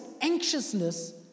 anxiousness